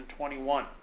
2021